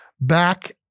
back